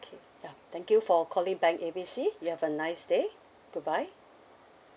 okay ya thank you for calling bank A B C you have a nice day goodbye